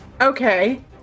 okay